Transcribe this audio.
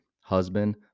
husband